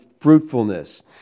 fruitfulness